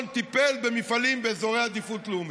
טיפל במפעלים באזורי עדיפות לאומית.